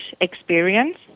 experience